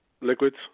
liquids